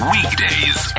Weekdays